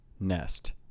nest